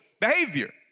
behavior